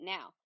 Now